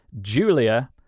Julia